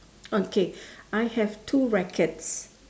okay I have two rackets